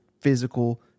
physical